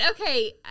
okay